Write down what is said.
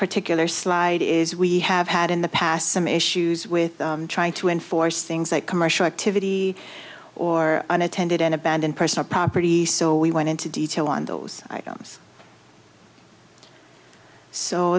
particular slide is we have had in the past some issues with trying to enforce things like commercial activity or unattended and abandoned personal property so we went into detail on those items so